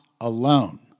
alone